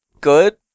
good